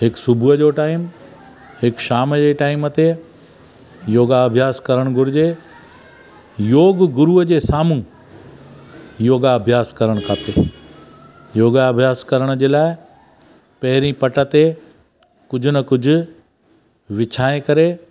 हिकु सुबुह जो टाइम हिकु शाम जे टाइम ते योगा अभ्यास करणु घुरिजे योग गुरूअ जे साम्हूं योगा अभ्यास करणु खपे योगा अभ्यास करण जे लाइ पहिरीं पट ते कुझु न कुझु विछाए करे